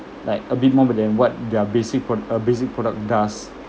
like a bit more than what their basic prod~ uh basic product does